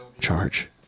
charge